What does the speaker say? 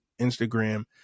Instagram